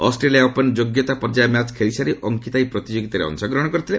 Australia open ଯୋଗ୍ୟତା ପର୍ଯ୍ୟାୟ match ଖେଳିସାରି ଅଙ୍କିତା ଏହି ପ୍ରତିଯୋଗିତାରେ ଅଂଶଗ୍ରହଣ କରିଥିଲେ